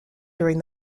during